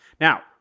Now